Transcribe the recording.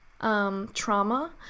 trauma